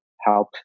help